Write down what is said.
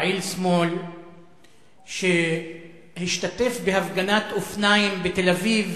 פעיל שמאל שהשתתף בהפגנת אופניים בתל-אביב